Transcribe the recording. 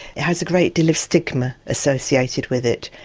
it has a great deal of stigma associated with it.